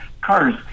cars